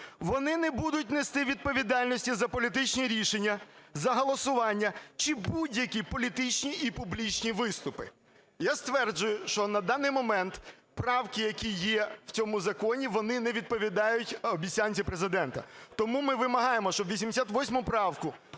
"Вони не будуть нести відповідальності за політичні рішення, за голосування чи будь-які політичні і публічні виступи". Я стверджую, що на даний момент правки, які є в цьому законі, вони не відповідають обіцянці Президента. Тому ми вимагаємо, щоб 88 поправку